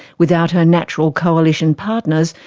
without her natural coalition partners,